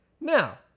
Now